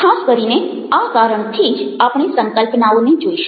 ખાસ કરીને આ કારણથી જ આપણે સંકલ્પનાઓને જોઈશું